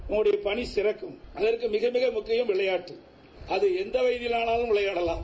உங்களுடைய பணி சிறக்கும் அதற்கு மிக மிக முக்கியம் விளையாட்டு அதை எந்த வகையினாலம் விளையாடவாம்